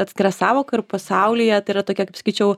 atskira sąvoka ir pasaulyje tai yra tokia kaip sakyčiau